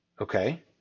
okay